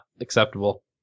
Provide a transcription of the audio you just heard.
acceptable